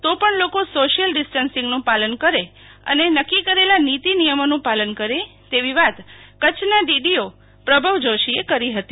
તો પણ લોકો સોશિયલ ડીસ્ટર્સીંગનં પાલન કરે અને નકકી કરેલા નીતિ નિયમોનું પાલન કરે તેવી વાત કચ્છના ડીડીઓ પ્રભવ જોષીએ કરી હતી